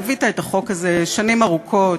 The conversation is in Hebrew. ליווית את החוק הזה שנים ארוכות,